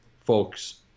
folks